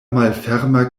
malferma